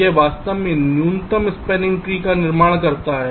यह वास्तव में न्यूनतम स्पैनिंग ट्री का निर्माण करता है